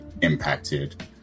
impacted